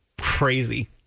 crazy